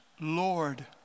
lord